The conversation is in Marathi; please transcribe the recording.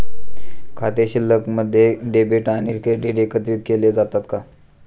खाते शिल्लकमध्ये डेबिट आणि क्रेडिट एकत्रित केले जातात का?